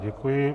Děkuji.